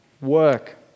work